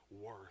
worth